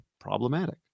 problematic